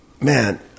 man